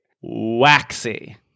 waxy